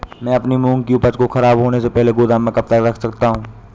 मैं अपनी मूंग की उपज को ख़राब होने से पहले गोदाम में कब तक रख सकता हूँ?